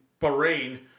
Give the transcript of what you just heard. Bahrain